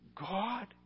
God